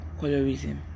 colorism